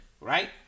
Right